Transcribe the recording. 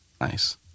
Nice